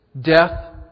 death